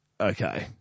Okay